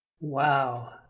Wow